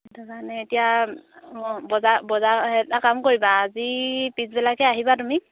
সেইটো কাৰণে এতিয়া অঁ বজাৰ বজাৰ এটা কাম কৰিবা আজি পিছবিলাকে আহিবা তুমি